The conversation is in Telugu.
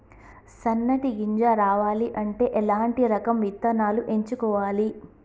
సన్నటి గింజ రావాలి అంటే ఎలాంటి రకం విత్తనాలు ఎంచుకోవాలి?